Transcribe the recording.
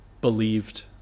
believed